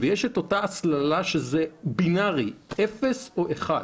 יש את אותה הסללה לכיוון הבינארי, אפס או אחד.